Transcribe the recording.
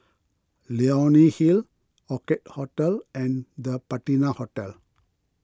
Leonie Hill Orchid Hotel and the Patina Hotel